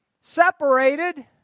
separated